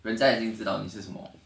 人家已经知道你是什么